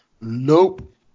Nope